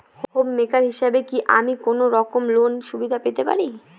Home maker হিসেবে কি আমি কোনো রকম লোনের সুবিধা পেতে পারি?